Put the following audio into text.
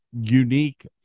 unique